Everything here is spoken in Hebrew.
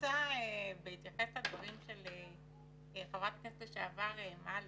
בהתייחס לדברים של חברת הכנסת לשעבר מלי